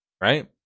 right